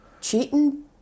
Cheating